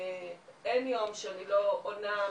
אין יום שאני לא עונה,